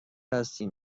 هستیم